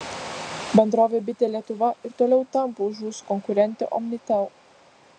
bendrovė bitė lietuva ir toliau tampo už ūsų konkurentę omnitel